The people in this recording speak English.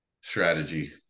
strategy